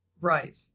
Right